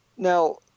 Now